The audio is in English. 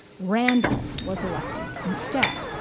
randolph was elected instead.